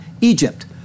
Egypt